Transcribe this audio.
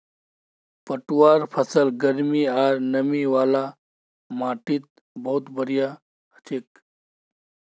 पटवार फसल गर्मी आर नमी वाला माटीत बहुत बढ़िया हछेक